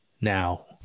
now